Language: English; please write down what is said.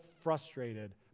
frustrated